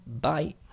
bye